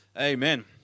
Amen